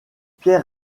pierre